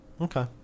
Okay